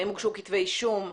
האם הוגשו כתבי אישום?